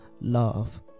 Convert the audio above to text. love